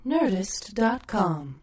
Nerdist.com